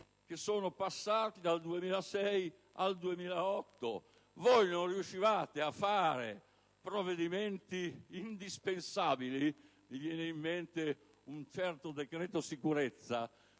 mesi trascorsi dal 2006 al 2008. Voi non riuscivate ad approvare provvedimenti indispensabili (mi viene in mente un certo decreto sicurezza)